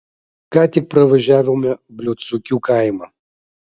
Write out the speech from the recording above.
ką tik pravažiavome bliūdsukių kaimą